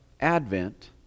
Advent